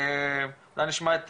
אפשר אולי נער או